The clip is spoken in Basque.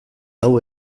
hau